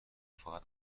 فقط